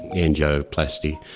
angioplasty,